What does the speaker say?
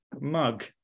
mug